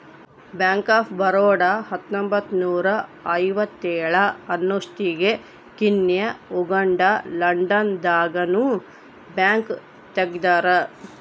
bank of Baroda ಹತ್ತೊಂಬತ್ತ್ನೂರ ಐವತ್ತೇಳ ಅನ್ನೊಸ್ಟಿಗೆ ಕೀನ್ಯಾ ಉಗಾಂಡ ಲಂಡನ್ ದಾಗ ನು ಬ್ಯಾಂಕ್ ತೆಗ್ದಾರ